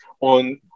on